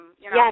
Yes